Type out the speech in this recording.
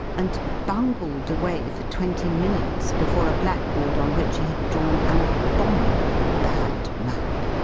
and bungled away for twenty minutes before a blackboard on which he had drawn an abominably bad map.